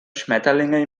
schmetterlinge